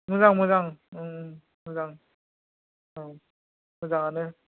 मोजां मोजां मोजां औ मोजांआनो